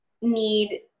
need